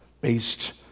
based